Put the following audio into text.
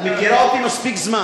את מכירה אותי מספיק זמן,